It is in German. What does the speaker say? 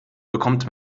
bekommt